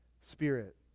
spirit